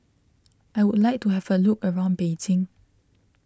I would like to have a look around Beijing